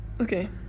okay